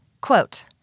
Quote